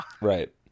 Right